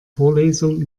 vorlesung